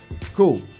cool